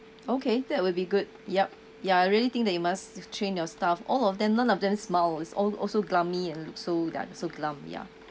okay that will be good yup ya I really think that you must train your staff all of them none of them smile all all so gloomy and looked so ya so glum ya